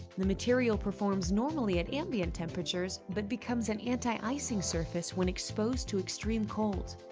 the material performs normally at ambient temperatures but becomes an anti-icing surface when exposed to extreme cold.